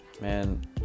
man